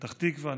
פתח תקווה,